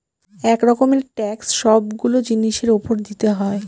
এক রকমের ট্যাক্স সবগুলো জিনিসের উপর দিতে হয়